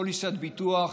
כמעט בכל פוליסת ביטוח,